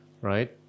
Right